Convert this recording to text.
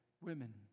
women